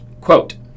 Quote